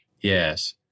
Yes